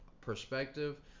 perspective